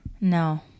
No